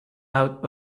out